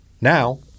Now